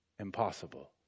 Impossible